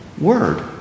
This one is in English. word